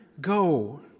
go